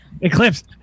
Eclipse